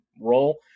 role